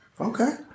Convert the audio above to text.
Okay